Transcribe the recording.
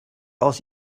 aus